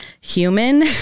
human